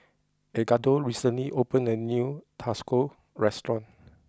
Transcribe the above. Edgardo recently opened a new Tacos restaurant